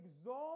exalt